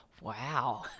Wow